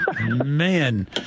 man